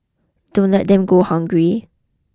don't let them go hungry